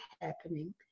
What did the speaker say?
happening